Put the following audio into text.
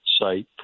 site